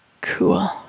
cool